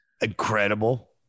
Incredible